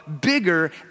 bigger